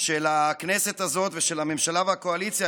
של הכנסת הזאת ושל הממשלה הקואליציה,